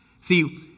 See